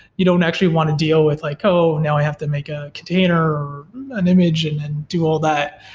you don't actually want to deal with, like oh, now i have to make a container, or an image and and do all that.